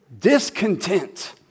Discontent